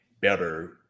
better